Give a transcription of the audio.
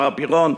מר פירון,